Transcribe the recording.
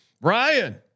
Ryan